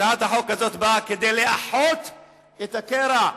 הצעת החוק הזאת באה לאחות את הקרע.